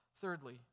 Thirdly